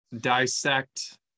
dissect